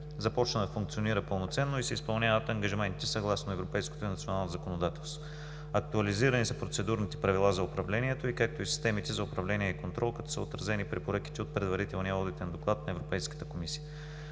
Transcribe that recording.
започна да функционира пълноценно и се изпълняват ангажиментите съгласно европейското и национално законодателство. Актуализирани са процедурните правила за управлението й, както и системите за управление и контрол, като са отразени препоръките от Предварителния одитен доклад на Европейската комисия.